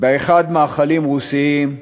באחד מאכלים רוסיים,